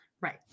right